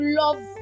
love